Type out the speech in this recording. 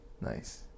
Nice